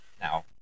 Now